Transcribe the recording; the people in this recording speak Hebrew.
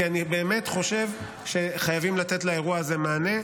כי אני באמת חושב שחייבים לתת לאירוע הזה מענה,